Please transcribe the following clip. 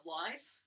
life